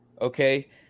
okay